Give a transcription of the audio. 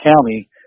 county